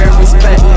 respect